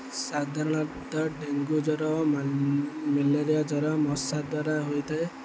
ସାଧାରଣତଃ ଡେଙ୍ଗୁ ଜ୍ଵର ମ୍ୟାଲେରିଆ ଜ୍ଵର ମଶା ଦ୍ୱାରା ହୋଇଥାଏ